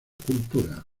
cultura